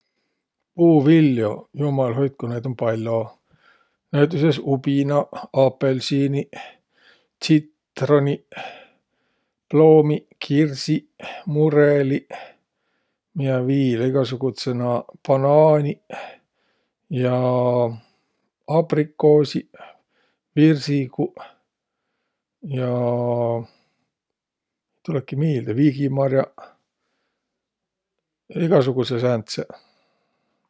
Puuviljo? Jummal hoitkuq, naid um pall'o. Näütüses ubinaq, apõlsiiniq, tsitroniq, ploomiq, kirsiq, murõliq. Miä viil? Egäsugudsõq naaq banaaniq ja aprikoosiq, virsiguq ja, ei tulõki miilde, viigimar'aq, egäsugudsõq sääntseq.